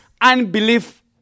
unbelief